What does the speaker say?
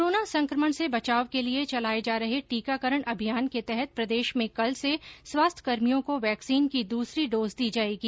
corona संकमण से बचाव के लिये चलाये जा रहे टीकाकरण अभियान के तहत प्रदेश में कल से स्वास्थ्यकर्मियों को वैक्सीन की दूसरी डोज दी जायेगी